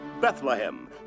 Bethlehem